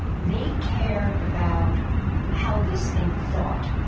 they cared about how this thing thought,